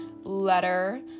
letter